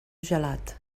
gelat